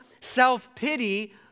self-pity